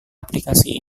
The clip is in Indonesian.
aplikasi